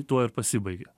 tuo ir pasibaigia